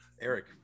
Eric